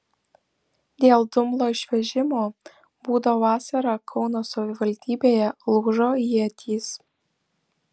dėl dumblo išvežimo būdo vasarą kauno savivaldybėje lūžo ietys